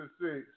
six